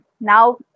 Now